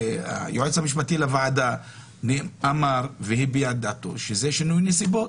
היועץ המשפטי לוועדה הביע את דעתו ואמר שזה שינוי נסיבות,